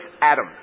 Adam